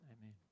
Amen